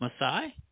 Maasai